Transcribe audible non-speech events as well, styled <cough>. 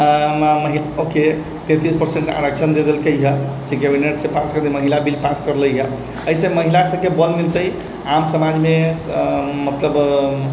आओर महिलाके तैंतीस आरक्षण दे देलकै हँ <unintelligible> पास करिके महिला बिल पास करले है अयसे महिला सबके बल मिलतै आम समाजमे मतलब